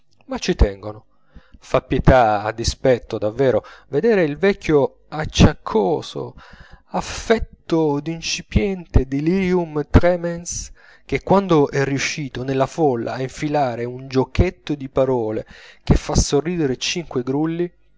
ma ci tengono fa pietà e dispetto davvero vedere il vecchio acciaccoso affetto d'incipiente delirium tremens che quando è riuscito nella folla a infilare un giochetto di parole che fa sorridere cinque grulli